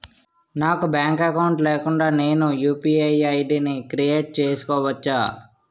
నాకు bank account లేకుండా నేను యు.పి.ఐ ఐ.డి క్రియేట్ చేసుకోవచ్చా?